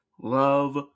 love